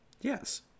yes